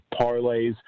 parlays